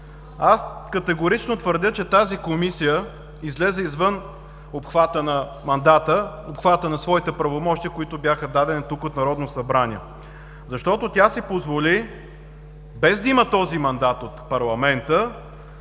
Аз категорично твърдя, че тази Комисия излезе извън обхвата на мандата, обхвата на своите правомощия, които бяха дадени тук от Народното събрание, защото тя си позволи, без да има този мандат от парламента,